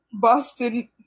Boston